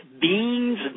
Beans